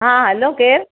हां हलो केरु